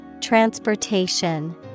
Transportation